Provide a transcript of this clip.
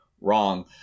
Wrong